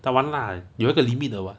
当然啦有一个 limit 的 [what]